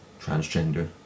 transgender